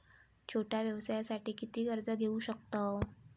छोट्या व्यवसायासाठी किती कर्ज घेऊ शकतव?